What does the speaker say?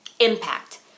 impact